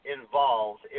involved